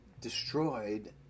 destroyed